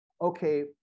okay